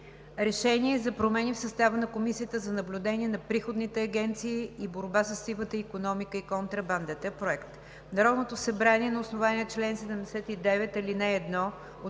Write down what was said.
решение за промени в състава на Комисията за наблюдение на приходните агенции и борба със сивата икономика и контрабандата.